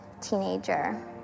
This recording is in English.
teenager